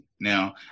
Now